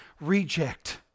reject